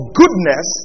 goodness